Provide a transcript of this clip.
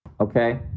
Okay